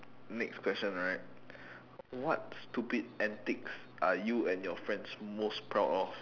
next question right what stupid antics are you and your friends most proud of